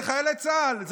זה חיילי צה"ל.